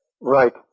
Right